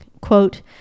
Quote